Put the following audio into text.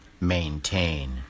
maintain